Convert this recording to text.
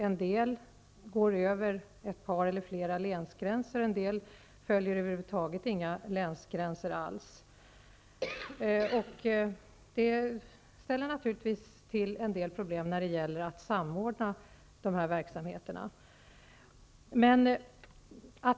En del regioner går över ett par eller flera länsgränser, en del följer över huvud taget inga länsgränser. Det ställer naturligtvis till en del problem när det gäller att samordna verksamheterna.